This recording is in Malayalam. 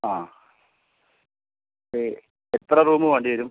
ആ ഇത് എത്ര റൂം വേണ്ടി വരും